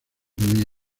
muy